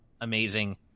amazing